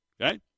okay